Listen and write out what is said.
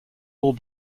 all